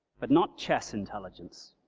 but not chess intelligence,